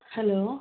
hello